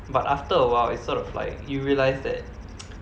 but after awhile it's sort of like you realise that